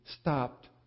stopped